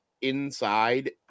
inside